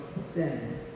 sin